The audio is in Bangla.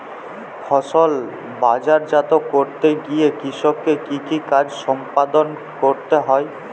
ফসল বাজারজাত করতে গিয়ে কৃষককে কি কি কাজ সম্পাদন করতে হয়?